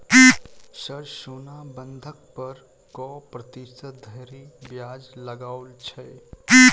Sir सोना बंधक पर कऽ प्रतिशत धरि ब्याज लगाओल छैय?